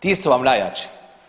Ti su vam najjači.